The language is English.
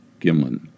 Gimlin